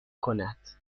کند